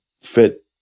fit